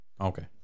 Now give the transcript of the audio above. Okay